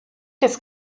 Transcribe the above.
des